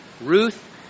Ruth